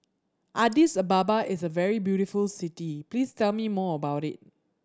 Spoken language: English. Addis Ababa is a very beautiful city please tell me more about it